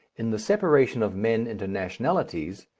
in the separation of men into nationalities,